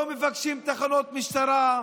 לא מבקשים תחנות משטרה,